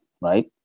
right